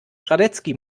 radetzky